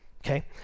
okay